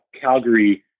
Calgary